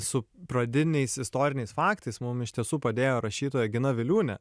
su pradiniais istoriniais faktais mum iš tiesų padėjo rašytoja gina viliūnė